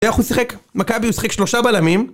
איך הוא שיחק, מכבי הוא שיחק שלושה בלמים